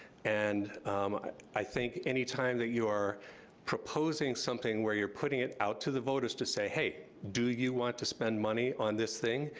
and i think anytime that you are proposing something where you're putting it out to the voters to say hey, do you want to spend money on this thing,